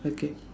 okay